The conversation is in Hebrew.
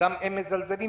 שגם הם מזלזלים.